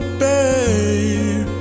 babe